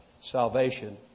salvation